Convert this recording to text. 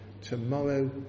tomorrow